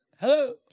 Hello